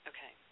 Okay